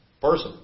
person